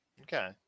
okay